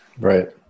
Right